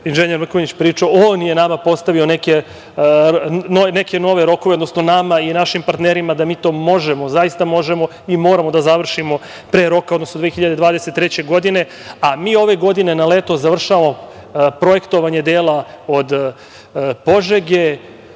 inž. Mrkonjić pričao, on je nama postavio neke nove rokove, odnosno nama i našim partnerima da mi to možemo i moramo da završimo pre roka, odnosno 2023. godine, a ove godine na leto završavamo projektovanje dela od Požege,